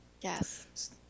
Yes